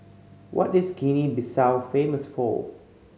what is Guinea Bissau famous for